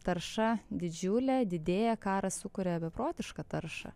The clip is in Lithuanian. tarša didžiulė didėja karas sukuria beprotišką taršą